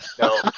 No